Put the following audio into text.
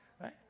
right